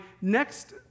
next